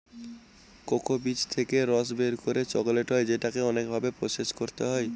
cocoa বীজ থেকে রস বের করে চকলেট হয় যেটাকে অনেক ভাবে প্রসেস করতে হয়